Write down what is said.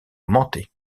augmenter